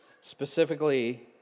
Specifically